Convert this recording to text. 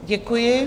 Děkuji.